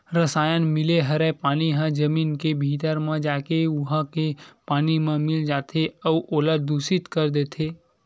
रसायन मिले हरय पानी ह जमीन के भीतरी म जाके उहा के पानी म मिल जाथे अउ ओला दुसित कर देथे